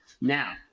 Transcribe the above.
now